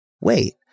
wait